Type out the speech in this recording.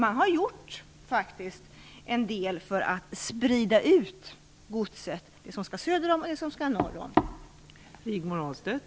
Man har alltså gjort en del för att sprida ut godset som skall norrut eller söderut.